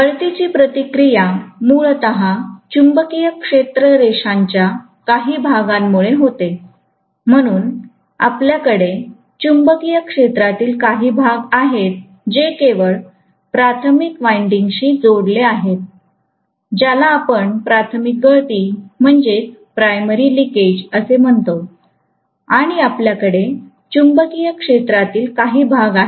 गळतीची प्रतिक्रिया मूलत चुंबकीय क्षेत्र रेषांच्या काही भागामुळे होते म्हणून आपल्याकडे चुंबकीय क्षेत्रातील काही भाग आहेत जे केवळ प्राथमिक वायंडिंगशी जोडले आहेत ज्याला आपण प्राथमिक गळती म्हणतो आणि आपल्या कडे चुंबकीय क्षेत्रातील काही भाग आहेत